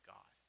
God